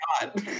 God